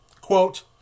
Quote